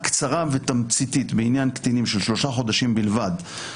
קצרה ותמציתית בעניין קטינים של שלושה חודשים בלבד,